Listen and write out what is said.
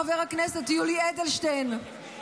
חבר הכנסת יולי אדלשטיין,